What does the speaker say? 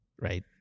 right